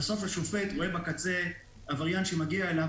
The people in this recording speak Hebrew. בסוף השופט רואה בקצה עבריין שמגיע אליו